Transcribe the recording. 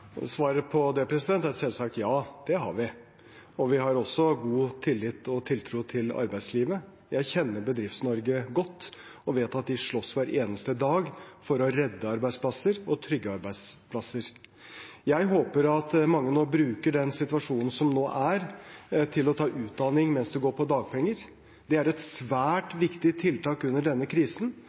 Svaret på det er selvsagt jo, det har vi. Vi har også god tillit og tiltro til arbeidslivet. Jeg kjenner Bedrifts-Norge godt og vet at man slåss hver eneste dag for å redde arbeidsplasser og trygge arbeidsplasser. Jeg håper at mange bruker den situasjonen som nå er, til å ta utdanning mens de går på dagpenger. Det er et svært viktig tiltak under denne krisen,